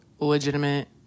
legitimate